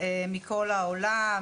ברישיונות מכל העולם.